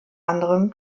anderem